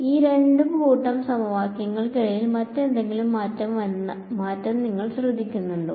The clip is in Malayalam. ഈ രണ്ട് കൂട്ടം സമവാക്യങ്ങൾക്കിടയിൽ മറ്റെന്തെങ്കിലും മാറ്റം നിങ്ങൾ ശ്രദ്ധിക്കുന്നുണ്ടോ